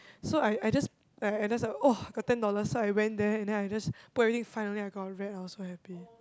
so I I just I just like !wah! got ten dollars so I went there and then I just put everything fine and then I got red I was so happy